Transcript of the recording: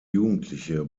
jugendliche